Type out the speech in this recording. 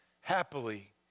happily